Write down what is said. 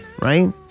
right